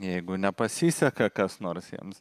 jeigu nepasiseka kas nors jiems